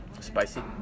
spicy